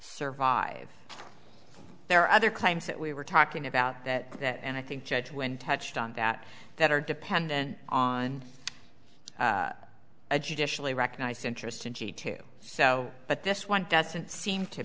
survive there are other crimes that we were talking about that that and i think judge when touched on that that are dependent on a judicially recognized interest in detail so but this one doesn't seem to